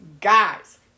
guys